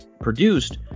produced